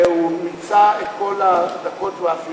והוא מיצה את כל הדקות, ואף יותר.